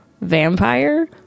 vampire